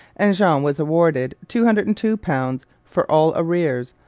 and jean was awarded two hundred and two pounds for all arrears.